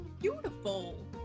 Beautiful